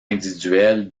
individuelle